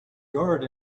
guard